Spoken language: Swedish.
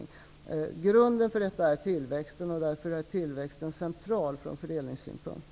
Grunden för detta är tillväxt, och därför är tillväxten central från fördelningssynpunkt.